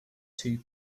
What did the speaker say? two